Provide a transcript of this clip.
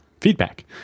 feedback